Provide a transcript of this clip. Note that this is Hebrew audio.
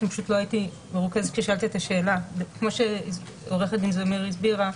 כמו שעו"ד זמיר הסבירה,